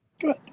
Good